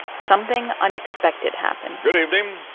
something unexpected happened good evening.